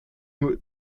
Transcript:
nur